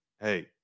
hey